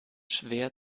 schwer